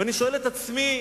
ואני שואל את עצמי,